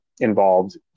involved